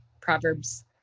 Proverbs